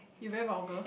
you very vulgar